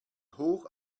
hoch